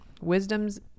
Wisdom's